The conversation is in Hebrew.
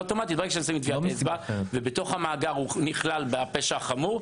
ברגע שעושים טביעת אצבע ובתוך המאגר הוא נכלל בפשע החמור,